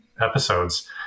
episodes